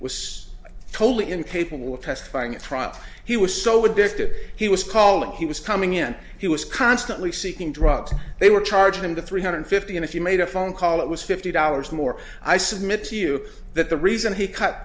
was totally incapable of testifying at trial he was so addicted he was calling he was coming in he was constantly seeking drugs and they were charging him to three hundred fifty and if you made a phone call it was fifty dollars more i submit to you that the reason he c